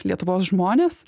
lietuvos žmonės